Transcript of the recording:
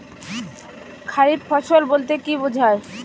খারিফ ফসল বলতে কী বোঝায়?